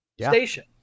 station